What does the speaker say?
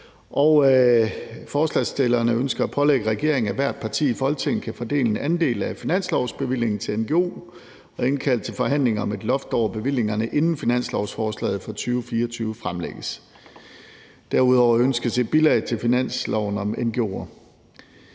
Forslagsstillerne ønsker at pålægge regeringen, at ethvert parti i Folketinget kan få del i en andel af finanslovsbevillingen til ngo'er og indkalde til forhandlinger om et loft over bevillingerne, inden finanslovsforslaget for 2024 fremsættes. Derudover ønskes et bilag til finansloven om ngo'er.